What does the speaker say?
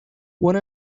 when